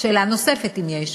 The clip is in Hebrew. שאלה נוספת, אם יש.